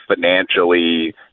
financially